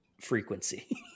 frequency